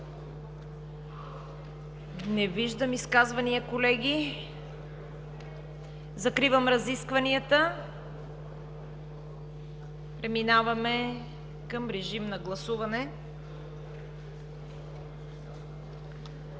Не виждам изказвания, колеги. Закривам разискванията. Преминаваме към режим на гласуване.